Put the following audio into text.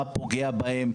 מה פוגע בהם,